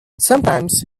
sometimes